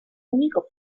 unico